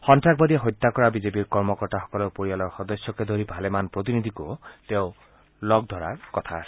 সন্নাসবাদীয়ে হত্যা কৰা বিজেপিৰ কৰ্মকৰ্তাসকলৰ পৰিয়ালৰ সদস্যকে ধৰি ভালেমান প্ৰতিনিধিকো তেওঁ লগ ধৰাৰ সম্ভাৱনা আছে